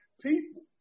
people